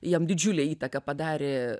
jam didžiulę įtaką padarė